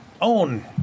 own